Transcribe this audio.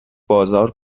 بازار